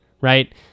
right